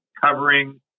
covering